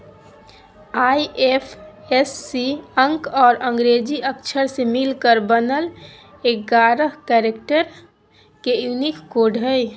IFSC अंक और अंग्रेजी अक्षर से मिलकर बनल एगारह कैरेक्टर के यूनिक कोड हइ